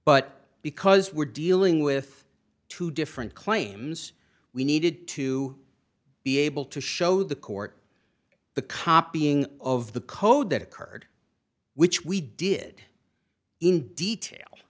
but because we're dealing with two different claims we needed to be able to show the court the copying of the code that occurred which we did in detail